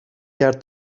کرد